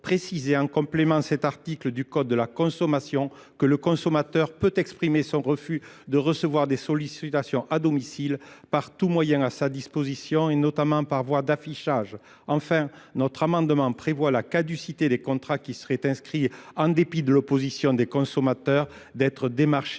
en complément cet article du Code de la consommation que le consommateur peut exprimer son refus de recevoir des sollicitations à domicile par tout moyen à sa disposition et notamment par voie d'affichage. Enfin, notre amendement prévoit la caducité des contrats qui seraient inscrits en dépit de l'opposition des consommateurs d'être démarchés